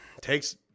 takes